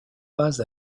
pas